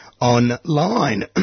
online